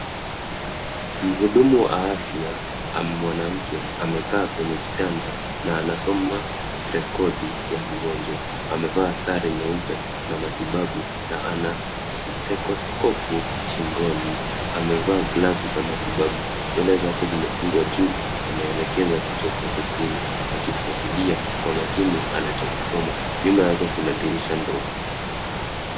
Mhudumu wa afya ama mwanamke amekaa kwenye kitanda na anasoma rekodi ya mgonjwa, amevaa sare nyeupe na matibabu na ana telescope shingoni, amevaa glove za matibabu, nywele zake zimefungwa juu, ameelekeza kichwa chake chini akifuatilia anachokisoma, nyuma yake kuna dirisha ndogo.